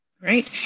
Great